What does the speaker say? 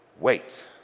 wait